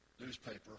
Newspaper